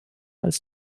als